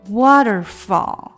waterfall